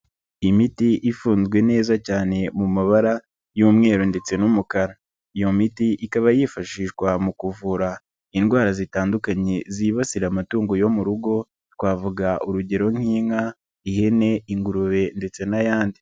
Imiti ifunzwe neza cyane mu mabara y'umweru ndetse n'umukara iyo miti ikaba yifashishwa mu kuvura indwara zitandukanye zibasira amatungo yo mu rugo twavuga urugero nk'inka ihene ingurube ndetse n'ayandi.